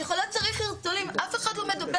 כשהחולה צריך אינסולין אף אחד לא מדבר